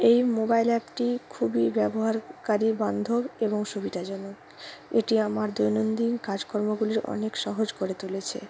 এই মোবাইল অ্যাপটি খুবই ব্যবহারকারী বান্ধব এবং সুবিধাজনক এটি আমার দৈনন্দিন কাজকর্মগুলি অনেক সহজ করে তুলেছে